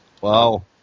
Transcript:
Wow